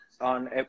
on